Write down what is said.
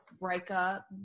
breakup